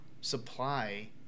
supply